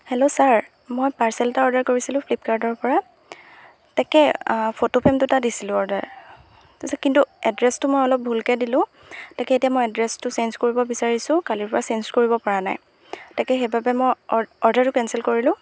hello sir মই parcel এটা order কৰিছিলোঁ ফ্লিপকাৰ্টৰ পৰা তাকে ফটো ফ্ৰেম দুটা দিছিলোঁ অৰ্ডাৰ তাৰপিছত কিন্তু এড্ৰেছটো মই অলপ ভুলকৈ দিলোঁ তাকে এতিয়া মই এড্ৰেছটো চেঞ্জ কৰিব বিচাৰিছোঁ কালিৰ পৰা চেঞ্জ কৰিব পৰা নাই তাকে সেইবাবে মই অৰ্ অৰ্ডাৰটো কেঞ্চেল কৰিলোঁ